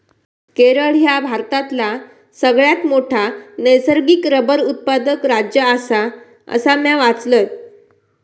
केरळ ह्या भारतातला सगळ्यात मोठा नैसर्गिक रबर उत्पादक राज्य आसा, असा म्या वाचलंय